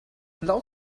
laut